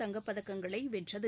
தங்கப்பதக்கங்களை வென்றது